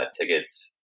tickets